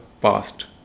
past